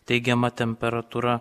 teigiama temperatūra